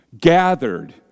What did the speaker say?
gathered